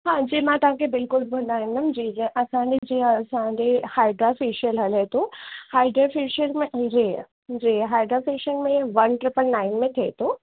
हां जी मां तव्हांखे बिल्कुलु ॿुधाईंदमि जी जीअं असांजे जीअं असांखे हाइड्रा फेशियल हले थो हाइड्रा फेशियल में जी जी हाइड्रा फेशियल में वन ट्रिपल नाइन में थिए थो